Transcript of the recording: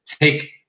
take